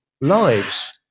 lives